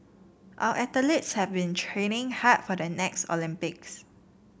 our athletes have been training hard for the next Olympics